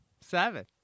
Seven